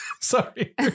Sorry